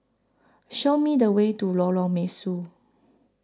Show Me The Way to Lorong Mesu